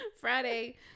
Friday